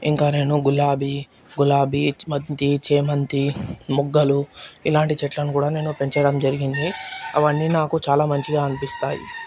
ఇంకా నేను గులాబీ గులాబీ బంతి ఛామంతి మొగ్గలు ఇలాంటి చెట్లను కూడా నేను పెంచడం జరిగింది అవన్నీ నాకు చాలా మంచిగా అనిపిస్తాయి